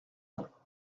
ans